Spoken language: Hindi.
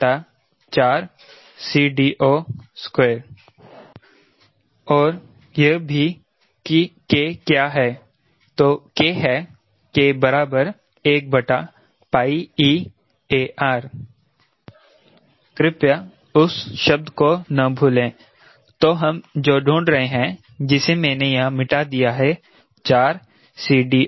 तो K है K 1eAR कृपया उस शब्द को न भूलें तो हम जो ढूंढ रहे हैं जिसे मैंने यहां मिटा दिया है 4CD0eAR